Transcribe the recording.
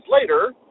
later